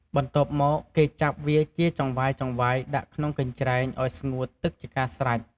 បន្ទាប់មកគេចាប់វាជាចង្វាយៗដាក់ក្នុងកញ្ច្រែងឱ្យស្ងួតទឹកជាការស្រេច។